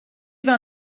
war